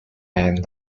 and